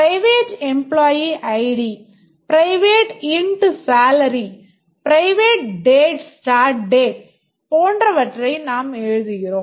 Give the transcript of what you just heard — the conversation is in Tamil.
private employee id private int salary private date start date போன்றவற்றை நாம் எழுதுகிறோம்